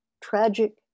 tragic